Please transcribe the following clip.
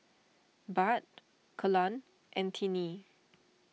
Bud Kelan and Tiney